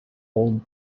old